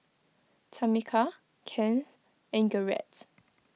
Tamica Kennth and Garrets